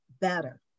better